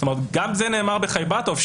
גם זה נאמר בחייבטוב,